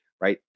right